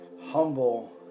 humble